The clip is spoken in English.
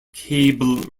cable